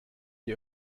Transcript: die